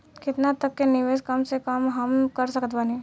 केतना तक के निवेश कम से कम मे हम कर सकत बानी?